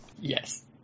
Yes